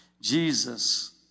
Jesus